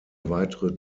weitere